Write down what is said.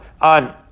on